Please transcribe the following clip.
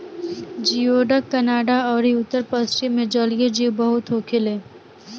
जियोडक Canada अउरी उत्तर पश्चिम मे जलीय जीव बहुत होखेले